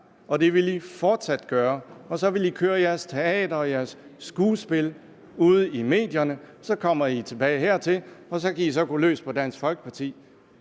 Enhedslisten fortsat gøre, og så vil Enhedslisten køre sit teater og sit skuespil ude i medierne. Så kommer man tilbage hertil, og så kan man gå løs på Dansk Folkeparti